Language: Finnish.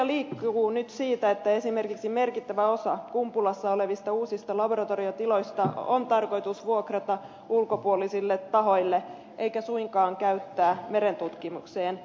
huhuja liikkuu nyt siitä että esimerkiksi merkittävä osa kumpulassa olevista uusista laboratoriotiloista on tarkoitus vuokrata ulkopuolisille tahoille eikä suinkaan käyttää merentutkimukseen